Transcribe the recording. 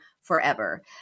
forever